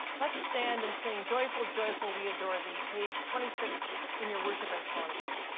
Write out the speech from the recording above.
let's stand and sing joyful, joyful we adore thee, page twenty six in your worship and song book.